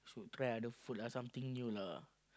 try other food lah something new lah